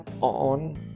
on